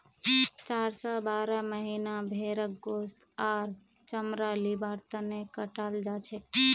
चार स बारह महीनार भेंड़क गोस्त आर चमड़ा लिबार तने कटाल जाछेक